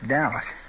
Dallas